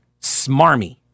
smarmy